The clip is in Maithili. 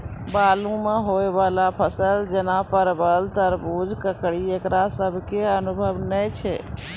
बालू मे होय वाला फसल जैना परबल, तरबूज, ककड़ी ईकरो सब के अनुभव नेय छै?